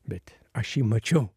bet aš jį mačiau